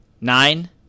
Nine